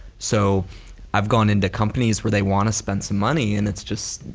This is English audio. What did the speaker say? so i've gone into companies where they want to spend some money and it's just,